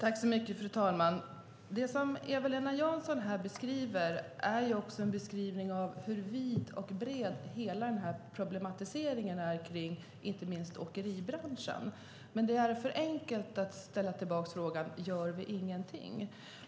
Fru talman! Det som Eva-Lena Jansson här beskriver visar också hur vid och bred hela den här problematiken är, inte minst kring åkeribranschen. Men det är för enkelt att ställa tillbaka frågan: Gör vi ingenting?